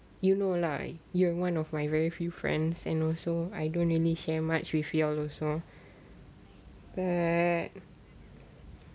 you know lah you're one of my very few friends and also I don't really care much with you all also right